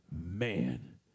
man